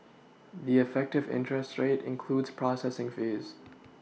the effective interest rate includes processing fees